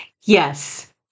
Yes